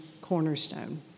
cornerstone